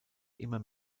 immer